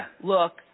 look